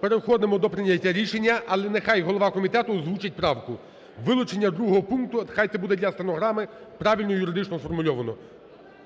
Переходимо до прийняття рішення. Але нехай голова комітету озвучить правку, вилучення другого пункту, хай це буде для стенограми правильно юридично сформульовано.